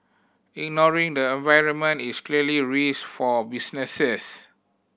ignoring the environment is clearly a risk for businesses